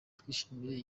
twishimire